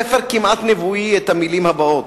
ספר כמעט נבואי, את המלים הבאות: